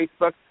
Facebook